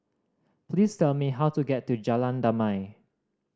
please tell me how to get to Jalan Damai